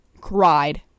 cried